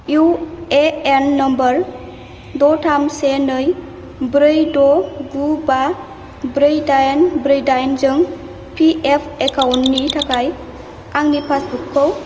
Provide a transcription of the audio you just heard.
UAN number द' थाम से नै ब्रै द' गु बा ब्रै दाइन ब्रै दाइनजों पिएफ एकाउन्टनि थाखाय आंनि पासबुकखौ